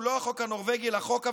לא החוק הנורבגי אלא החוק הוויקינגי,